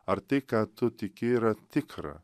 ar tai ką tu tiki yra tikra